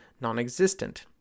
non-existent